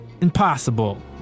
impossible